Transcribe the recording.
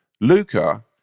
Luca